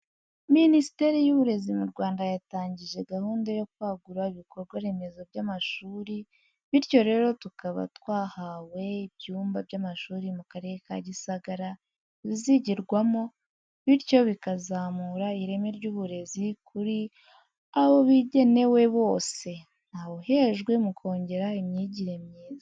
Minisiteri y'uburezi mu Rwanda yatangije gahunda yo kwagura ibikorwa remezo by'amashuri, bityo rero tukaba twahawe ibyumba by'amashuri mu Karere ka Gisagara bizigirwamo, bityo bikazamura ireme ryuburezi kuri abo bigenewe bose, ntawuhejwe mu kongera imyigire myiza.